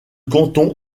canton